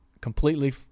completely